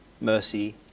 mercy